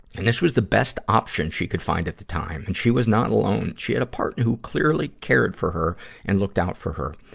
and this was the best option she could find at the time, and she was not alone. she had a partner who clearly cared for her and looked out for her,